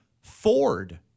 Ford